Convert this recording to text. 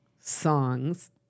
songs